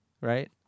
right